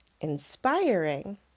inspiring